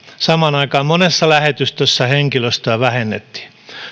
samaan aikaan monessa lähetystössä henkilöstöä vähennettiin